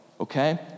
okay